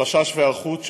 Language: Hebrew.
חשש והיערכות,